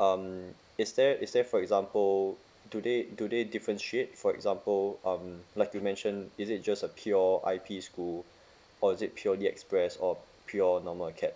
um is there is there for example do they do they differentiate for example um like you mentioned is it just a pure I_P school or is it purely express or pure normal acad